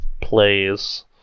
plays